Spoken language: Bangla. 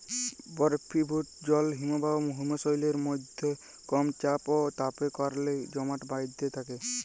বরফিভুত জল হিমবাহ হিমশৈলের মইধ্যে কম চাপ অ তাপের কারলে জমাট বাঁইধ্যে থ্যাকে